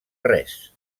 res